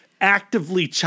Actively